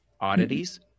oddities